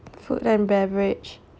food and beverage